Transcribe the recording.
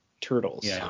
Turtles